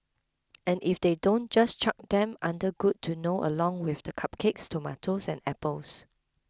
and if they don't just chuck them under good to know along with the cupcakes tomatoes and apples